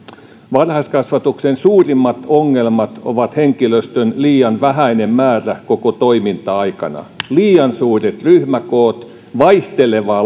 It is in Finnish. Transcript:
varhaiskasvatuksen suurimmat ongelmat ovat henkilöstön liian vähäinen määrä koko toiminta aikana liian suuret ryhmäkoot vaihteleva